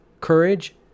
courage